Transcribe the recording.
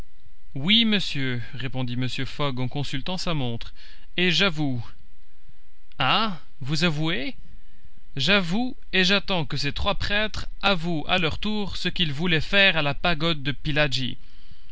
oui monsieur répondit mr fogg en consultant sa montre et j'avoue ah vous avouez j'avoue et j'attends que ces trois prêtres avouent à leur tour ce qu'ils voulaient faire à la pagode de pillaji